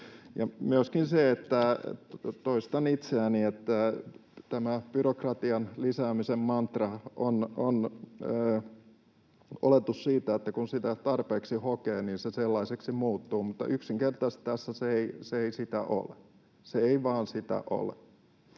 Toistan itseäni: myöskin tämä byrokratian lisäämisen mantra, oletus siitä, että kun sitä tarpeeksi hokee, niin se sellaiseksi muuttuu, mutta yksinkertaisesti tässä se ei sitä ole. Se ei vain sitä ole.